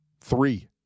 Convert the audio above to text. Three